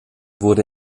wurde